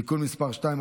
(תיקון מס' 2),